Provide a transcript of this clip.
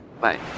Bye